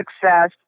success